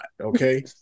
Okay